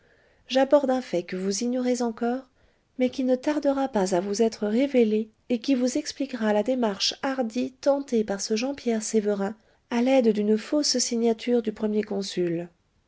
j'aborde un fait que vous ignorez encore mais qui ne peut tardera vous être révélé et qui vous expliquera la démarche hardie tentée par ce jean pierre sévérin à l'aide d'une fausse signature du premier consul